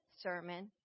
sermon